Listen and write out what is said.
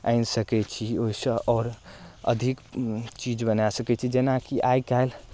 आनि सकै छी ओहिसँ आओर अधिक चीज बनाए सकै छी जेनाकि आइ काल्हि